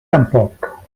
tampoc